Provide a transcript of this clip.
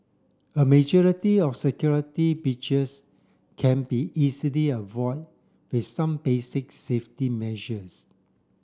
a majority of security beaches can be easily avoided with some basic safety measures